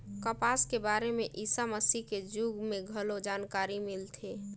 कपसा के बारे में ईसा मसीह के जुग में घलो जानकारी मिलथे